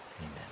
Amen